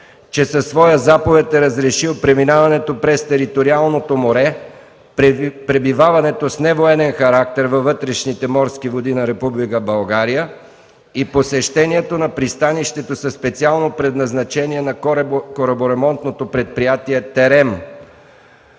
че със своя заповед е разрешил преминаването през териториалното море, пребиваването с невоенен характер във вътрешните морски води на Република България и посещението на пристанището със специално предназначение на Кораборемонтното предприятие „Терем”